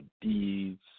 deeds